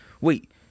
Wait